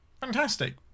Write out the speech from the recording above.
Fantastic